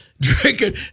drinking